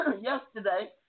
yesterday